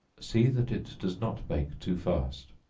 see that it does not bake too fast,